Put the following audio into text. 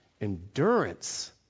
Endurance